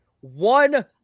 One